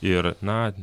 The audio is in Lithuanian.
ir na